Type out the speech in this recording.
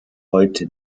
heute